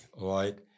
right